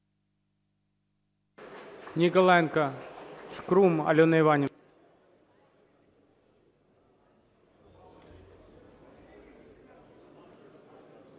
Ніколаєнко. Шкрум Альона Іванівна.